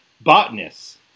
botanists